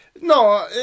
no